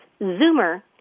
Zoomer